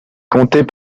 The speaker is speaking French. comptaient